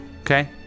Okay